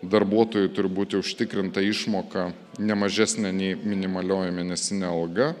darbuotojui turi būti užtikrinta išmoka ne mažesnė nei minimalioji mėnesinė alga